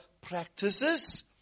practices